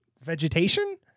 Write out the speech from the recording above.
vegetation